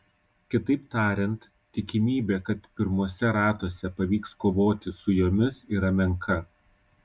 kitaip tariant tikimybė kad pirmuose ratuose pavyks kovoti su jomis yra menka